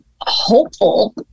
hopeful